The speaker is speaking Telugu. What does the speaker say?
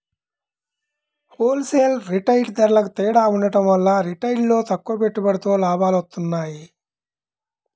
హోల్ సేల్, రిటైల్ ధరలకూ తేడా ఉండటం వల్ల రిటైల్లో తక్కువ పెట్టుబడితో లాభాలొత్తన్నాయి